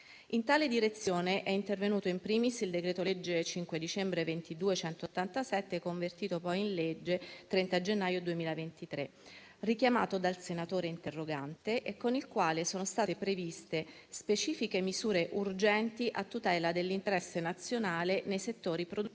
In tale direzione è intervenuto *in primis* il decreto-legge 5 dicembre 2022, n. 187, convertito poi in legge il 30 gennaio 2023, richiamato dal senatore interrogante e con il quale sono state previste specifiche misure urgenti a tutela dell'interesse nazionale nei settori produttivi